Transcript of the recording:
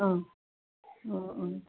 অঁ অঁ অঁ